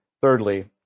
thirdly